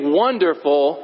wonderful